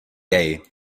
jej